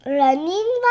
running